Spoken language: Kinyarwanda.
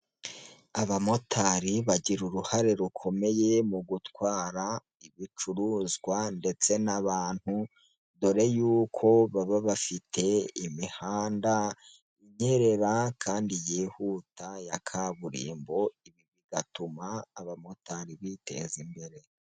Abamotari bagira uruhare rukomeye mu gutwara ibicuruzwa ndetse n'abantu, dore yuko baba bafite imihanda inyerera kandi yihuta ya kaburimbo, ibi bigatuma abamotari biteza imbere.